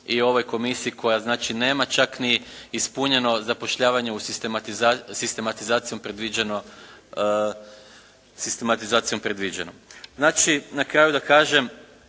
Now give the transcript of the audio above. i ovoj komisiji koja znači nema čak ni ispunjeno zapošljavanje u sistematizacijom predviđeno. Znači na kraju da kažem